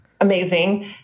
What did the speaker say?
amazing